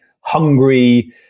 hungry